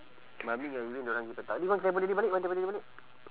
mummy ngan erwin diorang gi petang ni bang telephone dik balik bang telephone dik balik